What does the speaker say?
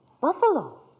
Buffalo